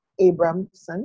Abramson